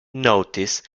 notice